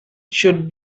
should